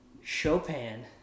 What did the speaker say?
Chopin